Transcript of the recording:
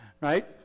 right